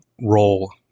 role